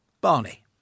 Barney